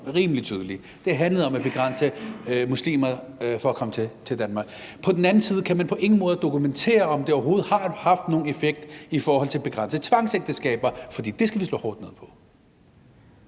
det var rimelig tydeligt, at det handlede om at begrænse muslimer i forhold til at komme til Danmark – og på den anden side kan man på ingen måde dokumentere, om det overhovedet har haft nogen effekt i forhold til at begrænse tvangsægteskaber, for det skal vi slå hårdt ned på.